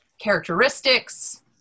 characteristics